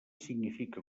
significa